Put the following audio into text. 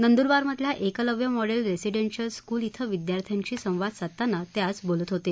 नंदूरबार मधल्या Eklavya model residential school क्वे विद्यार्थ्यांशी संवाद साधताना ते आज बोलत होते